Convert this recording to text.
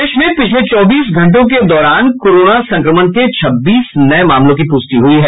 प्रदेश में पिछले चौबीस घंटों के दौरान कोरोना संक्रमण के छब्बीस नये मामलों की पूष्टि हुई है